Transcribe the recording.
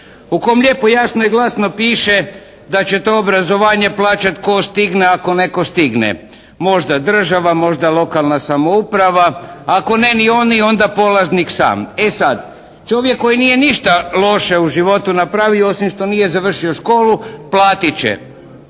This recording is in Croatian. u kom lijepo jasno i glasno piše da će to obrazovanje plaćati tko stigne, ako netko stigne. Možda država, možda lokalna samouprava. Ako ne ni oni onda polaznik sam. E sad čovjek koji nije ništa loše u životu napravio osim što nije završio školu platit će